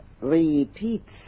repeats